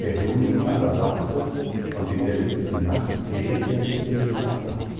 der dummling aber wachte und in der letzen nacht wehrt er sich den schlaf ab